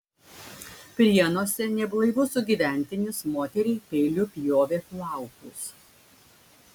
prienuose neblaivus sugyventinis moteriai peiliu pjovė plaukus